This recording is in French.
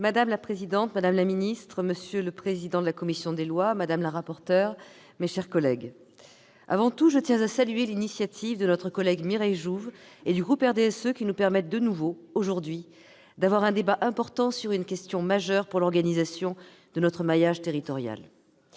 Madame la présidente, madame la ministre, monsieur le président de la commission des lois, madame la rapporteur, mes chers collègues, avant tout, je tiens à saluer l'initiative de notre collègue Mireille Jouve et du groupe du RDSE. Elle nous permet aujourd'hui d'avoir de nouveau un débat sur une question majeure pour l'organisation de notre maillage territorial,